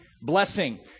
blessing